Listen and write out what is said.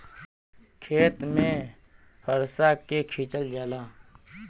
खेत में फंसा के खिंचल जाला